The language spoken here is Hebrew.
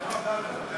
יואל.